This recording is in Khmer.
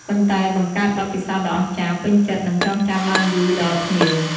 ប៉ុន្តែបង្កើតបទពិសោធន៍ដ៏អស្ចារ្យ ពេញចិត្ត និងចងចាំបានយូរដល់ភ្ញៀវ។